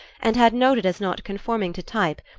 and had noted as not conforming to type,